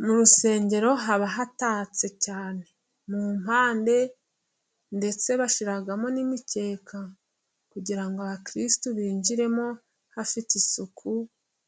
Mu rusengero haba hatatse cyane. Mu mpande ndetse bashyiramo n'imikeka kugira ngo abakirisitu binjiremo hafite isuku